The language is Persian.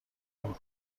بود